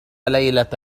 ليلة